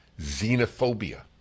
xenophobia